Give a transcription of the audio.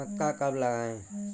मक्का कब लगाएँ?